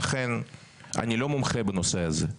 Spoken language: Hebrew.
לכן, אני לא מומחה בנושא הזה.